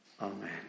Amen